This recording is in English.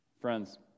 Friends